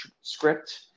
script